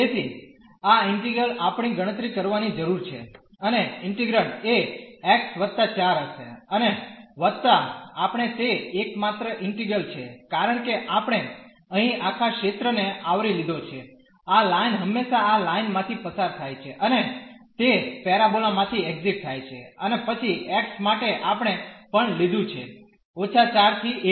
તેથી આ ઈન્ટિગ્રલ આપણે ગણતરી કરવાની જરૂર છે અને ઇન્ટિગ્રેંડ એ x 4 હશે અને વત્તા આપણે તે એકમાત્ર ઈન્ટિગ્રલ છે કારણ કે આપણે અહીં આખા ક્ષેત્રને આવરી લીધો છે આ લાઇન હંમેશાં આ લાઇન માંથી પસાર થાય છે અને તે પેરાબોલા માંથી એક્ઝીટ થાય છે અને પછી x માટે આપણે પણ લીધું છે −4 થી 1